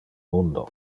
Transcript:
mundo